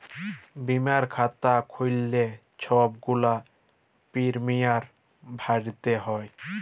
বীমার খাতা খ্যুইল্লে ছব গুলা পিরমিয়াম ভ্যইরতে হ্যয়